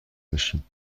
بشیم